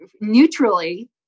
neutrally